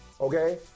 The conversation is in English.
okay